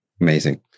Amazing